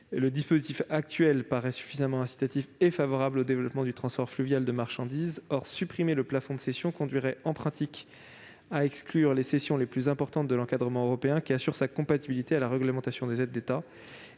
Il nous paraît également suffisamment incitatif et favorable au développement du transport fluvial de marchandises. Supprimer le plafond de cession conduirait en pratique à exclure les cessions les plus importantes de l'encadrement européen, qui assure sa compatibilité avec la réglementation des aides d'État.